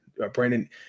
Brandon